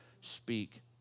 speak